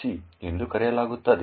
c ಎಂದು ಕರೆಯಲಾಗುತ್ತದೆ